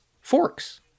forks